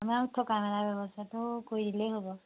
আমাক থকা মেলা ব্যৱস্থাটো কৰি দিলেই হ'ব